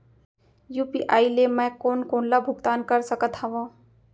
UPI ले मैं कोन कोन ला भुगतान कर सकत हओं?